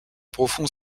profond